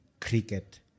cricket